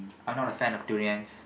I'm not a fan of durians